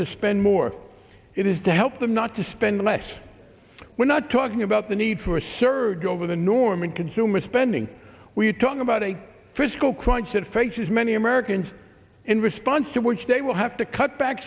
to spend more it is to help them not to spend less we're not talking about the need for a surge over the norm in consumer spending we're talking about a fiscal crunch that faces many americans in response to which they will have to cut back